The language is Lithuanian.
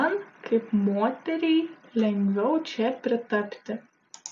man kaip moteriai lengviau čia pritapti